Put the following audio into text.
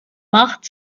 macht